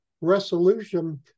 resolution